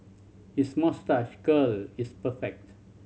his moustache curl is perfect